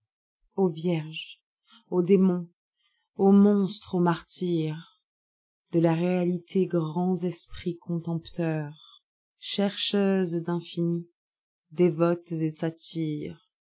ô vierges ô démons ô monstres ô martyres de la réalité grands esprits contempteurs chercheuses d'infini dévotes et satyres